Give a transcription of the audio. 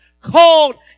called